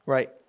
Right